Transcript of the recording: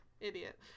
idiot